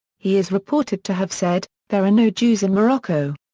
he is reported to have said there are no jews in morocco.